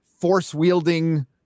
force-wielding